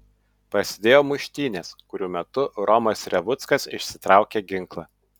prasidėjo muštynės kurių metu romas revuckas išsitraukė ginklą